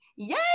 yay